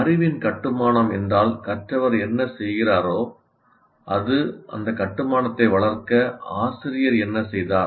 அறிவின் கட்டுமானம் என்றால் கற்றவர் என்ன செய்கிறாரோ அது அந்த கட்டுமானத்தை வளர்க்க ஆசிரியர் என்ன செய்தார்